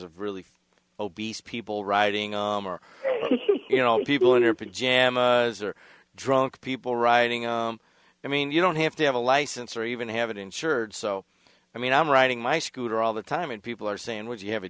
of really obese people riding on you know people in their pajamas was or drunk people riding on i mean you don't have to have a license or even have an insured so i mean i'm riding my scooter all the time and people are saying would you have a